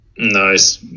Nice